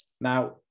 Now